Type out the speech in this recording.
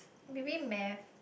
maybe math